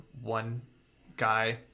one-guy